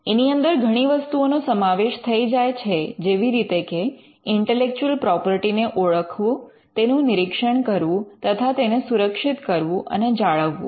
એની અંદર ઘણી વસ્તુઓનો સમાવેશ થઈ જાય છે જેવી રીતે કે ઇન્ટેલેક્ચુઅલ પ્રોપર્ટીને ઓળખવું તેનું નિરીક્ષણ કરવું તથા તેને સુરક્ષિત કરવું અને જાળવવું